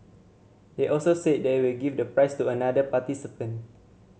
they also said they will give the prize to another participant